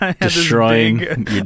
destroying